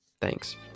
Thanks